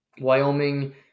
Wyoming